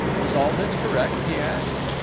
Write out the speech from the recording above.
is all this correct? he asked.